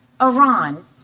Iran